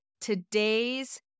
today's